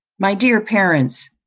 my dear parents,